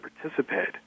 participate